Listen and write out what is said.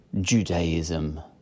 Judaism